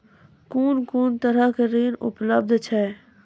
कून कून तरहक ऋण उपलब्ध छै?